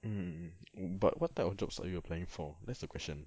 mm but what type of jobs are you applying for that's the question